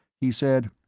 he said,